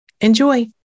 Enjoy